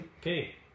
Okay